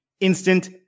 Instant